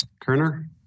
Kerner